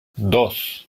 dos